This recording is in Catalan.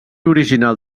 original